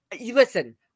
Listen